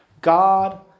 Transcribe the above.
God